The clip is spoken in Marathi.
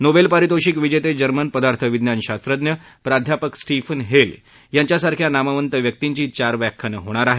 नोबेल पारितोषिक विजेते जर्मन पदार्थविज्ञान शास्त्रज्ञ प्राध्यापक स्टीफन हेल यांच्यासारख्या नामवंत व्यक्तींची चार व्याख्यानं होणार आहेत